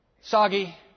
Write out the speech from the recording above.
soggy